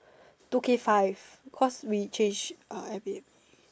two K five cause we change airbnb